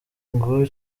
ngo